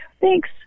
Thanks